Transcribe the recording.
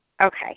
Okay